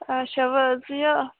اَچھا وۅنۍ ژٕ یہِ